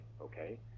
okay